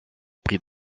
prix